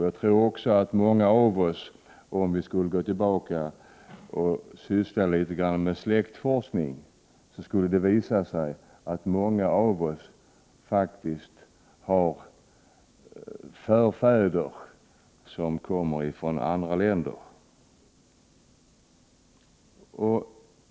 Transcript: Jag tror också att många av oss, om vi ägnade oss litet åt släktforskning, faktiskt skulle finna förfäder som kommer från andra länder.